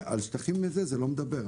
ועל שטחים ---, זה לא מדבר.